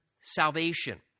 salvation